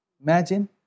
Imagine